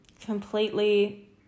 completely